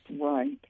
Right